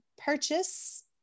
purchase